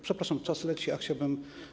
Przepraszam, czas leci, a chciałbym.